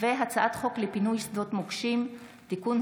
הצעת חוק לפינוי שדות מוקשים (תיקון,